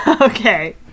Okay